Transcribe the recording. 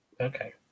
Okay